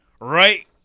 right